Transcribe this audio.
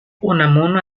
unamuno